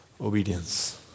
obedience